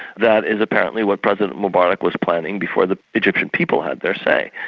that is apparently what president mubarak was planning before the egyptian people had their say.